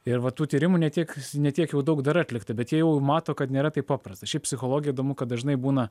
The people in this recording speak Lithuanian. ir va tų tyrimų ne tiek ne tiek jau daug dar atlikta bet jie jau mato kad nėra taip paprasta šiaip psichologijoj įdomu kad dažnai būna